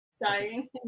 Dying